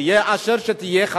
תהיה אשר תהיה,